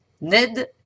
Ned